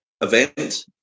event